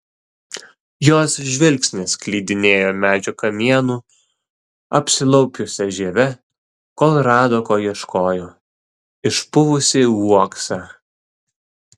jos žvilgsnis klydinėjo medžio kamienu apsilaupiusia žieve kol rado ko ieškojo išpuvusį uoksą